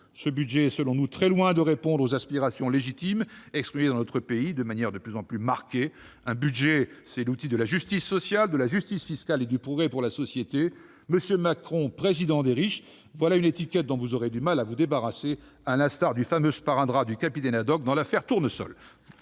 de budget est très loin de répondre aux aspirations légitimes exprimées dans notre pays de manière de plus en plus marquée. Un budget, c'est l'outil de la justice sociale, de la justice fiscale et du progrès pour la société. M. Macron « président des riches », voilà une étiquette dont vous aurez du mal à vous débarrasser, à l'instar du fameux sparadrap du capitaine Haddock dans La parole est